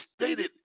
stated